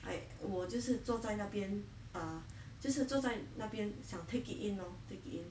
like 我就是坐在那边 ah 就是坐在那边想 take it lor take in